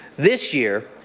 this year,